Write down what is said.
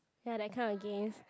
ya that kind of game